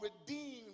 redeemed